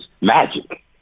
magic